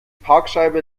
parkscheibe